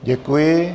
Děkuji.